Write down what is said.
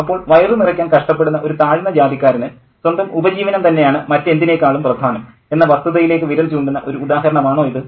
അപ്പോൾ വയറു നിറയ്ക്കാൻ കഷ്ടപ്പെടുന്ന ഒരു താഴ്ന്ന ജാതിക്കാരന് സ്വന്തം ഉപജീവനം തന്നെയാണ് മറ്റെന്തിനേക്കാളും പ്രധാനം എന്ന വസ്തുതയിലേക്ക് വിരൽ ചൂണ്ടുന്ന ഒരു ഉദാഹരണമാണോ ഇത്